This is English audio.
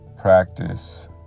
practice